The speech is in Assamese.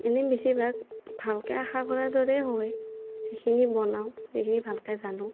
এনেই বেছিভাগ ভালকৈ আশা কৰাৰ দৰেই হয় যিখিনি বনাওঁ যিখিনি ভালকৈ জানো